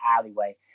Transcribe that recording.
alleyway